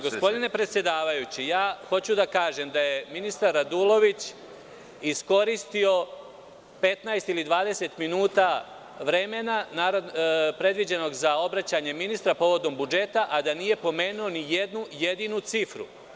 Gospodine predsedavajući, hoću da kažem da je ministar Radulović iskoristio 15 ili 20 minuta vremena predviđenog za obraćanje ministra povodom budžeta, a da nije pomenuo ni jednu jedinu cifru.